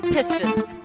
Pistons